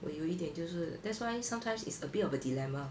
我有一点就是 that's why sometimes is a bit of a dilemma